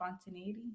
Spontaneity